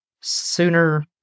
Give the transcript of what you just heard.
sooner